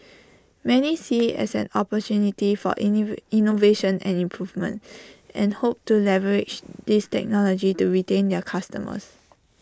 many see IT as an opportunity for in lee innovation and improvement and hope to leverage this technology to retain their customers